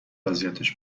اذیتش